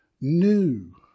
new